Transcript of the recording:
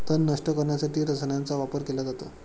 तण नष्ट करण्यासाठी रसायनांचा वापर केला जातो